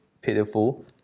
pitiful